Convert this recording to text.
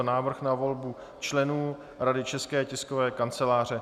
Návrh na volbu členů Rady České tiskové kanceláře /2/